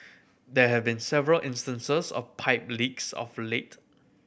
there have been several instances of pipe leaks of late